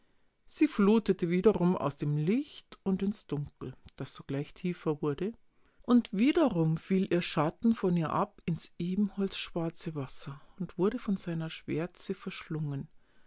sie flutete wiederum aus dem licht und ins dunkel das sogleich tiefer wurde und wiederum fiel ihr schatten von ihr ab ins ebenholzschwarze wasser und wurde von seiner schwärze verschlungen